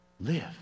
Live